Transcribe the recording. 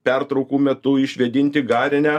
pertraukų metu išvėdinti garinę